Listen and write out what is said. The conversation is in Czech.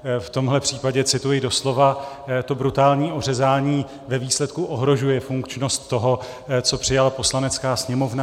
V tomhle případě cituji doslova, to brutální ořezání ve výsledku ohrožuje funkčnost toho, co přijala Poslanecká sněmovna.